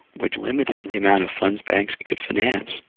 which limited the amount of funds banks could finance.